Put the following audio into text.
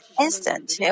instant